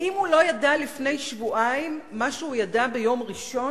האם הוא לא ידע לפני שבועיים מה שהוא ידע ביום ראשון,